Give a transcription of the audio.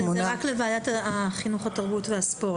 זה רק לוועדת החינוך, התרבות והספורט.